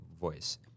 voice